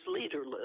leaderless